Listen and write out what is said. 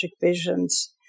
visions